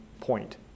point